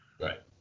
Right